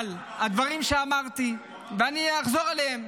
אבל הדברים שאמרתי, ואני אחזור עליהם,